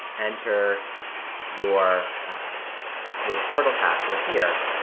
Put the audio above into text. enter your your portal password here,